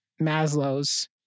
Maslow's